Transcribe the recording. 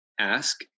ask